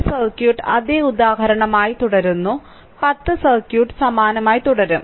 ഒരു സർക്യൂട്ട് അതേ ഉദാഹരണമായി തുടരുന്നു 10 സർക്യൂട്ട് സമാനമായി തുടരും